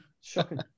shocking